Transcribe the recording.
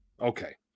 Okay